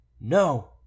No